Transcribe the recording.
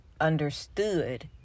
understood